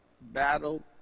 Battle